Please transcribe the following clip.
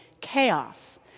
chaos